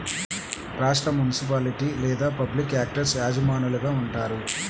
రాష్ట్రం, మునిసిపాలిటీ లేదా public actors యజమానులుగా ఉంటారు